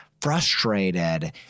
frustrated